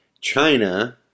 China